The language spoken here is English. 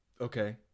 Okay